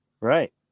Right